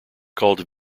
called